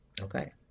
Okay